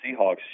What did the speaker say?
Seahawks